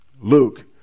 Luke